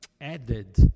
added